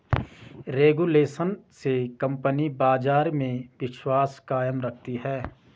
regulation से company बाजार में विश्वास कायम रखती है